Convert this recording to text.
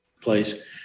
place